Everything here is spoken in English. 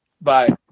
Bye